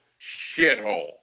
shithole